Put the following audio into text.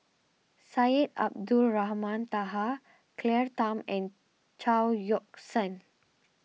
Syed Abdulrahman Taha Claire Tham and Chao Yoke San